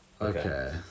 Okay